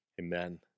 Amen